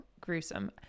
gruesome